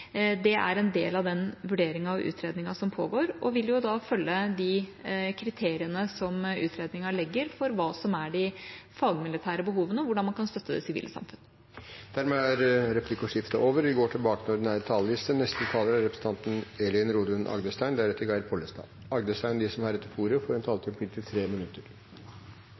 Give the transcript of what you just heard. Det er en del av den vurderingen og utredningen som pågår, og vil følge de kriteriene som utredningen legger for hva som er de fagmilitære behovene, og hvordan man kan støtte det sivile samfunn. Replikkordskiftet er omme. De talere som heretter får ordet, har en taletid på inntil 3 minutter. For Høyre er